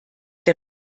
der